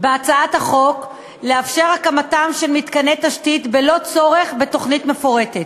בהצעת החוק לאפשר הקמתם של מתקני תשתית בלא צורך בתוכנית מפורטת.